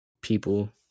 people